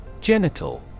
Genital